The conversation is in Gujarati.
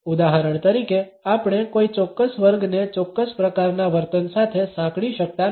ઉદાહરણ તરીકે આપણે કોઈ ચોક્કસ વર્ગને ચોક્કસ પ્રકારના વર્તન સાથે સાંકળી શકતા નથી